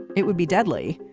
it would be deadly,